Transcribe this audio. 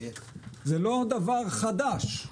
זה לא דבר חדש.